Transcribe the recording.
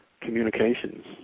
communications